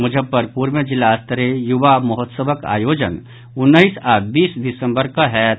मुजफ्फरपुर मे जिला स्तरीय युवा महोत्सवक आयोजन उन्नैस आओर बीस दिसम्बर कऽ होयत